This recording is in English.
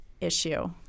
issue